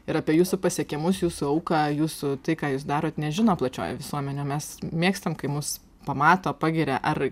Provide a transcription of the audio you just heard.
ir apie jūsų pasiekimus jūsų auką jūsų tai ką jūs darot nežino plačioji visuomenė mes mėgstam kai mus pamato pagiria ar